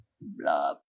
Blah